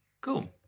Cool